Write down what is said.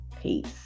Peace